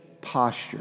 posture